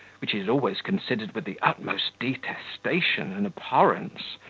which he had always considered with the utmost detestation and abhorrence,